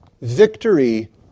victory